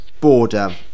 border